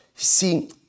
See